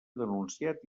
denunciat